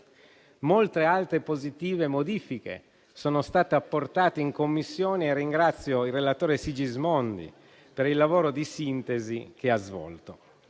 Molte altre positive modifiche sono state apportate in Commissione e ringrazio il relatore Sigismondi per il lavoro di sintesi che ha svolto.